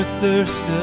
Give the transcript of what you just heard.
thirst